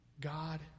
God